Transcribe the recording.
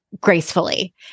gracefully